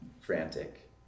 frantic